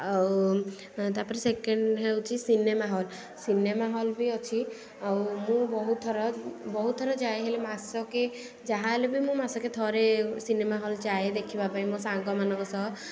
ଆଉ ତା'ପରେ ସେକେଣ୍ଡ ହେଉଛି ସିନେମା ହଲ୍ ସିନେମା ହଲ୍ ବି ଅଛି ଆଉ ମୁଁ ବହୁତ ଥର ବହୁତ ଥର ଯାଏ ହେଲେ ମାସକେ ଯାହା ହେଲେ ବି ମୁଁ ମାସକେ ଥରେ ସିନେମା ହଲ୍ ଯାଏ ଦେଖିବା ପାଇଁ ମୋ ସାଙ୍ଗମାନଙ୍କ ସହ